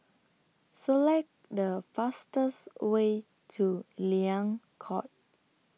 Select The fastest Way to Liang Court